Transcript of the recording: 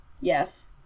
Yes